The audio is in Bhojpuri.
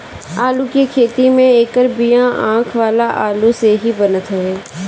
आलू के खेती में एकर बिया आँख वाला आलू से ही बनत हवे